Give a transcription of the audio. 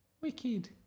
Wicked